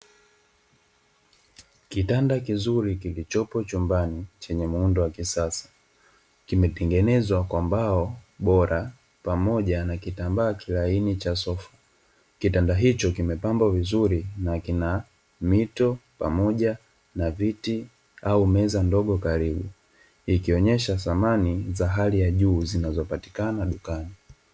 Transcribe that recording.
Kitanda kizuri kilichopo chumbani chenye muundo wa kisasa, kimetengenezwa kwa mbao bora pamoja na kitambaa kilaini cha sofa kitanda hicho kimepangwa vizuri na kina mito pamoja na viti au meza ndogo karibu ikionyesha samani za hali ya juu zinazopatikana dukani.